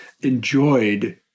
enjoyed